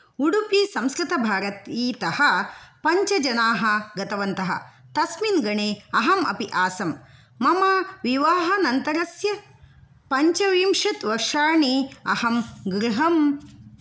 उडुपीसंस्कृतभारतीतः पञ्चजनाः गतवन्तः तस्मिन् गणे अहं अपि आसम् मम विवाहानन्तरस्य पञ्चविंशत् वर्षाणि अहं गृहम्